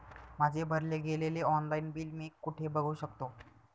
माझे भरले गेलेले ऑनलाईन बिल मी कुठे बघू शकतो?